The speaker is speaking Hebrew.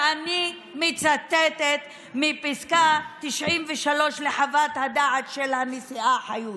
ואני מצטטת מפסקה 93 לחוות הדעת של הנשיאה חיות,